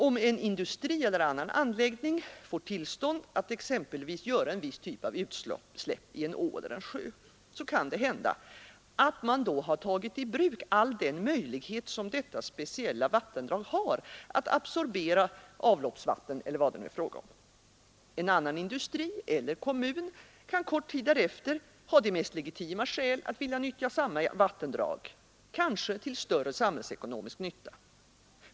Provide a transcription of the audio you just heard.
Om en industri eller annan anläggning får tillstånd att exempelvis göra en viss typ av utsläpp i en å eller en sjö, kan det hända att man då har tagit i bruk all den möjlighet som detta speciella vattendrag har att absorbera avloppsvatten eller vad det nu är fråga om. En annan industri eller kommun kan kort tid därefter ha de mest legitima skäl att vilja utnyttja samma vattendrag, kanske till större sam hällsekonomisk nytta.